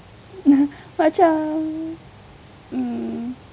mm